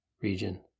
region